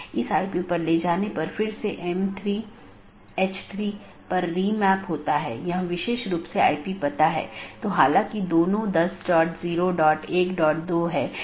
इसका मतलब है कि मार्ग इन कई AS द्वारा परिभाषित है जोकि AS की विशेषता सेट द्वारा परिभाषित किया जाता है और इस विशेषता मूल्यों का उपयोग दिए गए AS की नीति के आधार पर इष्टतम पथ खोजने के लिए किया जाता है